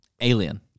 Alien